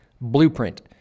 blueprint